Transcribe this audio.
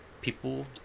people